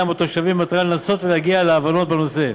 התושבים במטרה לנסות ולהגיע להבנות בנושא.